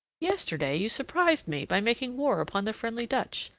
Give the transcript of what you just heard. yesterday you surprised me by making war upon the friendly dutch.